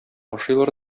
ашыйлар